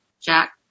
Jack